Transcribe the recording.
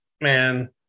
man